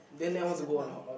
in December